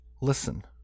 listen